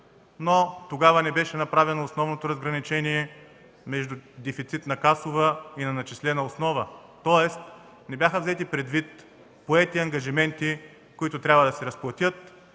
но тогава не беше направено основното разграничение между дефицит на касова и на начислена основа. Тоест не бяха взети предвид поети ангажименти, които трябва да се разплатят.